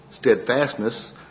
Steadfastness